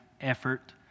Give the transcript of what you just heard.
effort